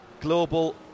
Global